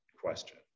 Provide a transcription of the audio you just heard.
question